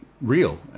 real